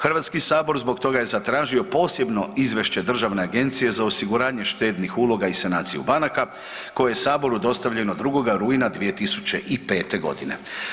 Hrvatski sabor zbog toga je zatražio posebno izvješće Državne agencije za osiguranje štednih uloga i sanaciju banaka koje je saboru dostavljeno 2. rujna 2005. godine.